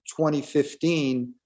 2015